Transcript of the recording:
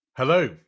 Hello